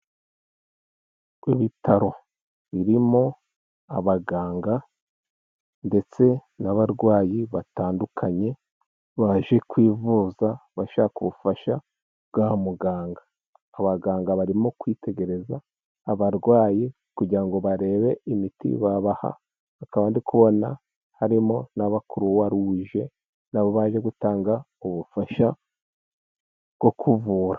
Ibitaro birimo abaganga ndetse n'abarwayi batandukanye, baje kwivuza bashaka ubufasha bwa muganga, abaganga barimo kwitegereza abarwayi, kugira ngo barebe imiti babaha, akaba ndi kubona harimo n'abakuruwaruje baje gutanga ubufasha bwo kuvura.